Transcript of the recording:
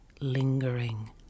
lingering